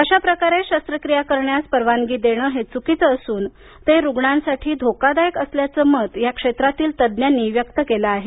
अशाप्रकारे शस्त्रक्रिया करण्यास परवानगी देणं हे चुकीच असून ते रुग्णांसाठी धोकादायक असल्याचं मत या क्षेत्रातील तज्ञानी व्यक्त केलं आहे